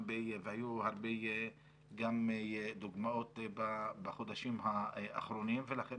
היו הרבה דוגמאות בחודשים האחרונים ולכן